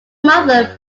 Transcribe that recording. mother